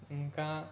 ఇంకా